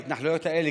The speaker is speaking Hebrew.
ההתנחלויות האלה,